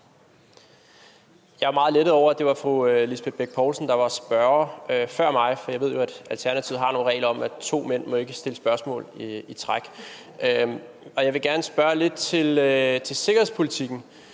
Jeg er meget lettet over, at det var fru Lisbeth Bech Poulsen, der var spørger før mig, for jeg ved jo, at Alternativet har nogle regler om, at to mænd ikke må stille spørgsmål i træk. Jeg vil gerne spørge lidt til sikkerhedspolitikken.